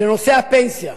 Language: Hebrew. שנושא הפנסיה,